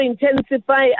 intensify